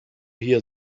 hear